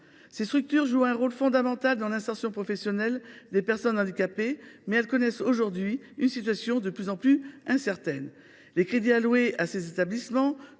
Ces structures jouent un rôle fondamental dans l’insertion professionnelle des personnes handicapées, mais leur situation devient de plus en plus incertaine. Les crédits alloués à ces établissements